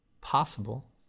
possible